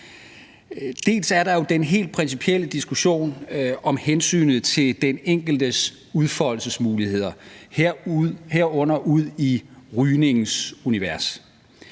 Dels er der jo den helt principielle diskussion om hensynet til den enkeltes udfoldelsesmuligheder, herunder ud i rygningens univers,